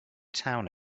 town